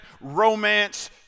Romance